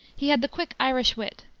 he had the quick irish wit,